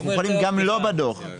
אנחנו יכולים גם לא בדוח לבקש.